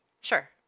Sure